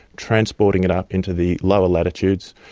transporting it ah into the lower latitudes,